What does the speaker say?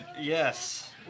Yes